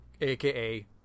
AKA